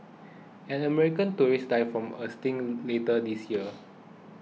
an American tourist died from a sting later this year